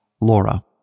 Laura